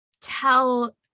tell